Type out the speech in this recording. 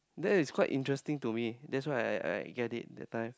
that's quite interesting to me that's why I I get it that time